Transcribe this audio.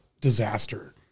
disaster